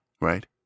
right